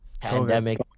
pandemic